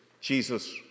Jesus